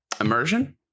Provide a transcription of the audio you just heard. Immersion